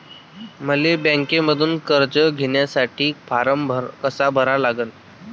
मले बँकेमंधून कर्ज घ्यासाठी फारम कसा भरा लागन?